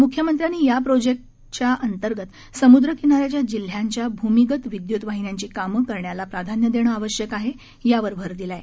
मुख्यमंत्र्यांनी या प्रोजेक्टच्या अंतर्गत समुद्र किनारीच्या जिल्ह्यांच्या भूमिगत विदयुत वाहिन्यांची कामे करण्याला प्राधान्य देणे आवश्यक आहे यावर भर दिला आहे